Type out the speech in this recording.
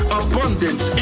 abundance